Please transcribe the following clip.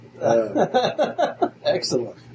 Excellent